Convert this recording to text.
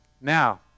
Now